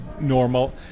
normal